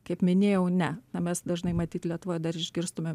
kaip minėjau ne na mes dažnai matyt lietuvoje dar išgirstume